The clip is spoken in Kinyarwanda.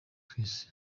twese